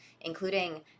including